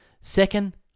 Second